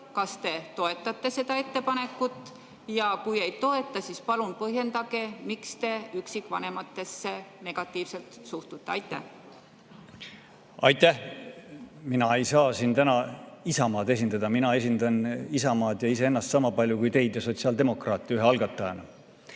kas te toetate seda ettepanekut. Ja kui te ei toeta, siis palun põhjendage, miks te üksikvanematesse negatiivselt suhtute. Aitäh! Mina ei saa siin täna Isamaad esindada, mina esindan Isamaad ja iseennast sama palju kui teid ja sotsiaaldemokraate ühe algatajana